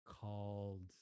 called